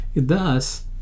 Thus